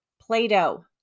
Play-Doh